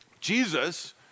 Jesus